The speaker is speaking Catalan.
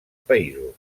països